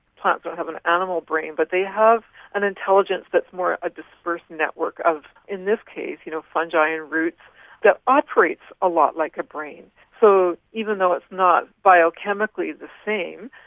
plans don't have an animal brain but they have an intelligence that is more a dispersed network of, in this case you know fungi and roots, that operates a lot like a brain. so even though it's not biochemically the same,